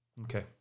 Okay